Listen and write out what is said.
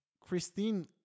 Christine